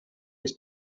its